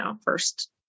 first